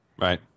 right